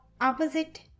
opposite